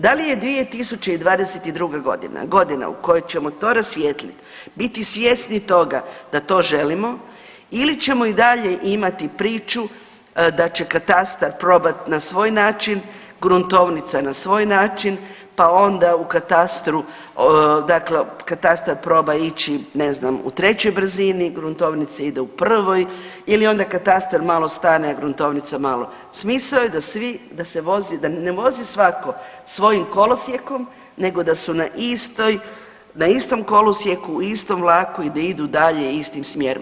Da li je 2022. godina, godina u kojoj ćemo to rasvijetliti, biti svjesni toga da to želimo ili ćemo i dalje imati priču da će katastar probati na svoj način, gruntovnica na svoj način pa onda u katastru, dakle katastar proba ići ne znam u 3 brzini, gruntovnica ide u prvoj ili onda katastar malo stane, a gruntovnica malo, smisao je da svi, da se vozi, da ne vozi svatko svojim kolosijekom nego da su na istoj, na istom kolosijeku u istom vlaku i da idu dalje istim smjerom.